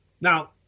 Now